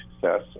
success